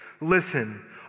Listen